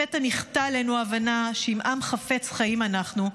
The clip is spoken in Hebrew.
לפתע ניחתה עלינו ההבנה שאם עם חפץ חיים אנחנו,